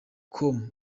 com